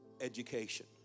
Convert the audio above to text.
education